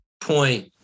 point